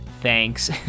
thanks